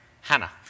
Hannah